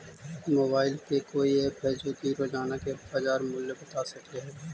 Mobile के कोइ app है जो कि रोजाना के बाजार मुलय बता सकले हे?